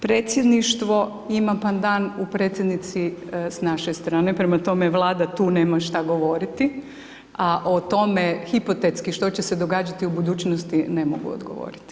Predsjedništvo ima pandan u predsjednici s naše strane, prema tome Vlada tu nema što govoriti, a o tome hipotetski što će se događati u budućnosti ne mogu odgovoriti.